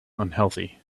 unhealthy